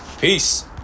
Peace